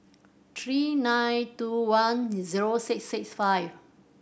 three nine two one zero six six five